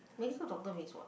medical doctor means what